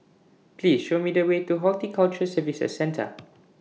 Please Show Me The Way to Horticulture Services Centre